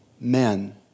men